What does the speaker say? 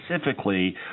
specifically